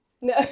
No